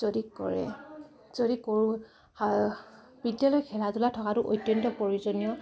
যদি কৰে যদি কৰোঁ বিদ্যালয় খেলা ধূলা থকাৰো অত্যন্ত প্ৰয়োজনীয়